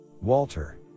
Walter